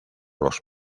los